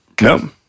no